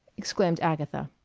exclaimed agatha.